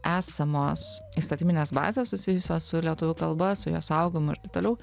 esamos įstatyminės bazės susijusios su lietuvių kalba su jos saugojimu ir toliau